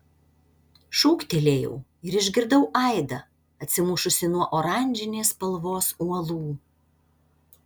šūktelėjau ir išgirdau aidą atsimušusį nuo oranžinės spalvos uolų